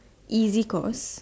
easy course